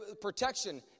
Protection